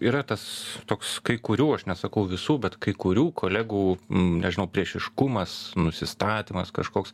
yra tas toks kai kurių aš nesakau visų bet kai kurių kolegų nežinau priešiškumas nusistatymas kažkoks